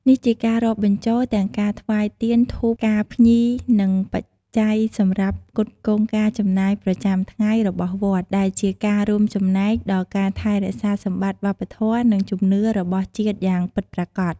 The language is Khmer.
នេះជាការរាប់បញ្ចូលទាំងការថ្វាយទៀន ធូប ផ្កាភ្ញី និងបច្ច័យសម្រាប់ផ្គត់ផ្គង់ការចំណាយប្រចាំថ្ងៃរបស់វត្ត ដែលជាការរួមចំណែកដល់ការថែរក្សាសម្បត្តិវប្បធម៌ និងជំនឿរបស់ជាតិយ៉ាងពិតប្រាកដ។